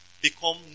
become